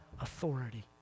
authority